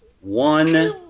one